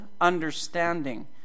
understanding